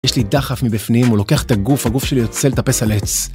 יש לי דחף מבפנים, הוא לוקח את הגוף, הגוף שלי יוצא לטפס על עץ.